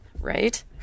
Right